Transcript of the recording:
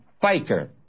faker